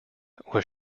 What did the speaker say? was